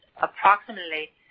approximately